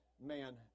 man